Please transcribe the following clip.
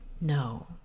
No